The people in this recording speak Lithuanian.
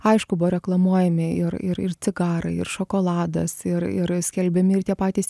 aišku buvo reklamuojami ir ir ir cigarai ir šokoladas ir ir skelbiami ir tie patys